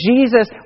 Jesus